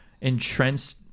entrenched